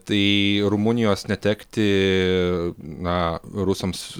tai rumunijos netekti na rusams